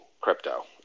crypto